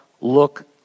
look